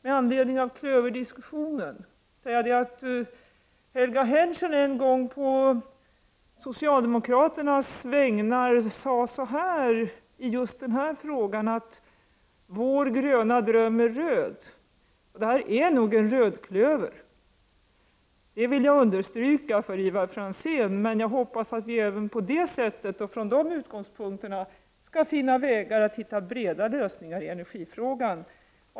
Med anledning av fyrklöverdiskussionen vill jag peka på att Helga Henschen en gång på socialdemokraternas vägnar sade så här i just denna fråga: Vår gröna dröm är röd. Jag vill understryka för Ivar Franzén att det här nog är en rödklöver. Jag hoppas dock att vi också från den utgångspunkten skall finna vägar till breda lösningar i energifrågan.